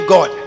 God